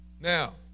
Now